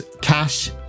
cash